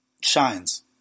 shines